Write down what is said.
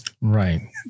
Right